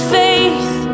faith